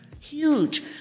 Huge